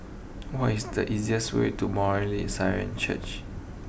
what is the easiest way to Mar Syrian Church